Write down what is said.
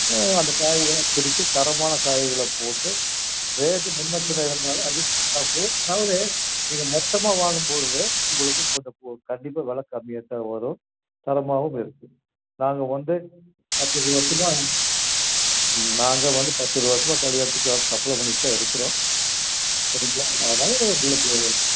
ஆ அந்த காய்கறியெல்லாம் பிரிச்சு தரமான காய்கறிகளாக போட்டு ரேட்டு முன்ன பின்ன இருந்தாலும் அட்ஜஸ்ட் பண்ணி பார்த்து அதாவது நீங்கள் மொத்தமாக வாங்கும் பொழுது உங்களுக்கு கொஞ்சம் பு கண்டிப்பாக வில கம்மியாக தான் வரும் தரமாகவும் இருக்கும் நாங்கள் வந்து பத்து இருபது வர்ஷமாக நாங்கள் வந்து பத்து இருபது வர்ஷமாக கல்யாணத்துக்கு சப்ளை பண்ணிகிட்டு தான் இருக்கிறோம் சரிங்களா அதனால் உங்களுக்கு